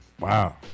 Wow